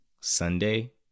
sunday